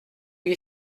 lui